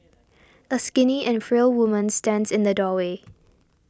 a skinny and frail woman stands in the doorway